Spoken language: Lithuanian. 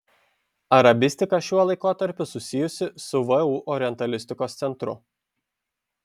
arabistika šiuo laikotarpiu susijusi su vu orientalistikos centru